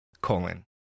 Colon